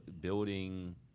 building